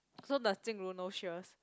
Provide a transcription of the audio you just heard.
so does Jing Ru know